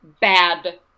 bad